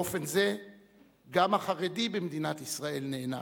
באופן זה גם החרדי במדינת ישראל נענש.